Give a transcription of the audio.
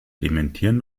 dementieren